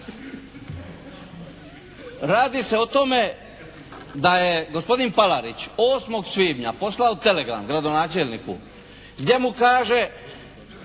radi se o tome da je gospodin Palarić 8. svibnja poslao telegram gradonačelniku gdje mu kaže